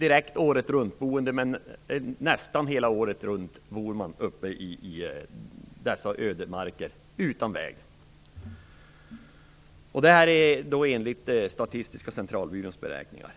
är helt året-runt-boende, men de bor nästan året runt i dessa ödemarker utan väg. Detta grundar sig på Statistiska centralbyråns beräkningar.